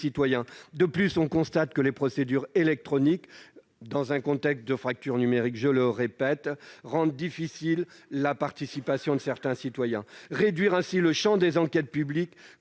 citoyens. De plus, je le redis, on constate que les procédures électroniques, dans un contexte de fracture numérique, rendent difficile la participation de certains citoyens. Réduire ainsi le champ des enquêtes publiques